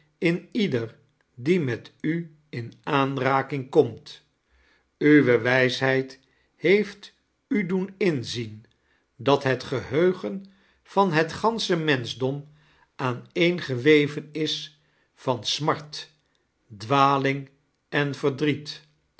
in iedereen die met u in aanraking komt uwe wijsheid heeft u doen inzien dat het geheugen van het gansche menschdom aaneengeweven is van smart dwaling en verdriet